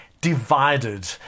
divided